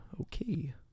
okay